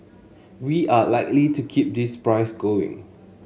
we are likely to keep this price going